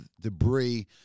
debris